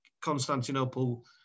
Constantinople